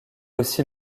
aussi